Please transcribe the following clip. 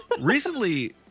Recently